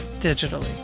digitally